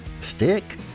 stick